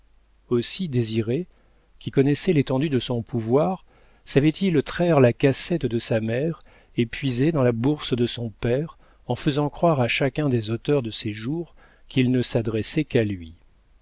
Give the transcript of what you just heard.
aussi désiré qui connaissait l'étendue de son pouvoir savait-il traire la cassette de sa mère et puiser dans la bourse de son père en faisant croire à chacun des auteurs de ses jours qu'il ne s'adressait qu'à lui